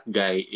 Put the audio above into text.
guy